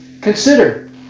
Consider